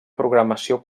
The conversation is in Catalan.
programació